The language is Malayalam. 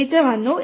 ഡാറ്റ വന്നു